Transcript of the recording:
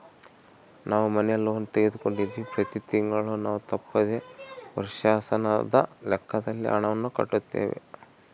ನಾವು ಮನೆ ಲೋನ್ ತೆಗೆದುಕೊಂಡಿವ್ವಿ, ಪ್ರತಿ ತಿಂಗಳು ನಾವು ತಪ್ಪದೆ ವರ್ಷಾಶನದ ಲೆಕ್ಕದಲ್ಲಿ ಹಣವನ್ನು ಕಟ್ಟುತ್ತೇವೆ